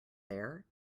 there